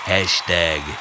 Hashtag